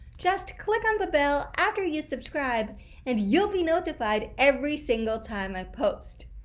just click on the bell after you subscribe and you'll be notified every single time i post.